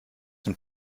dem